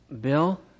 Bill